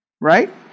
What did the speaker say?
Right